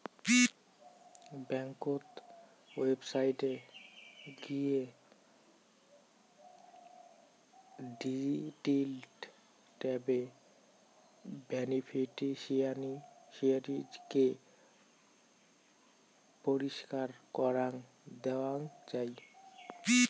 ব্যাংকোত ওয়েবসাইটে গিয়ে ডিলিট ট্যাবে বেনিফিশিয়ারি কে পরিষ্কার করাং দেওয়াং যাই